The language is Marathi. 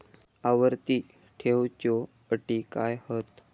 आवर्ती ठेव च्यो अटी काय हत?